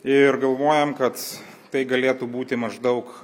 ir galvojam kad tai galėtų būti maždaug